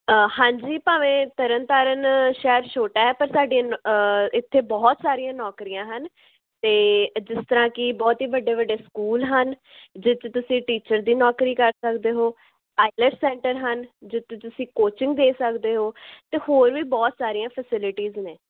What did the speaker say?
ਹਾਂਜੀ ਭਾਵੇਂ ਤਰਨ ਤਾਰਨ ਸ਼ਹਿਰ ਛੋਟਾ ਹੈ ਪਰ ਸਾਡੇ ਨੌ ਇੱਥੇ ਬਹੁਤ ਸਾਰੀਆਂ ਨੌਕਰੀਆਂ ਹਨ ਅਤੇ ਜਿਸ ਤਰ੍ਹਾਂ ਕਿ ਬਹੁਤ ਹੀ ਵੱਡੇ ਵੱਡੇ ਸਕੂਲ ਹਨ ਜਿਸ 'ਚ ਤੁਸੀਂ ਟੀਚਰ ਦੀ ਨੌਕਰੀ ਕਰ ਸਕਦੇ ਹੋ ਆਈਲੈਟ ਸੈਂਟਰ ਹਨ ਜਿੱਥੇ ਤੁਸੀਂ ਕੋਚਿੰਗ ਦੇ ਸਕਦੇ ਹੋ ਅਤੇ ਹੋਰ ਵੀ ਬਹੁਤ ਸਾਰੀਆਂ ਫੈਸਿਲਿਟੀਜ਼ ਨੇ